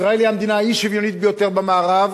ישראל היא המדינה האי-שוויונית ביותר במערב.